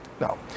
no